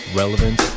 relevant